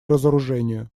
разоружению